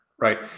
right